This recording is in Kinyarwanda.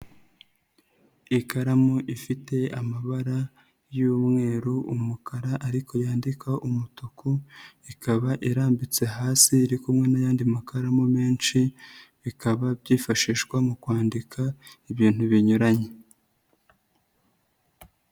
Ikaramu ifite amabara y'umweru, umukara ariko yandika umutuku, ikaba irambitse hasi iri kumwe n'ayandi makaramu menshi, bikaba byifashishwa mu kwandika ibintu binyuranye.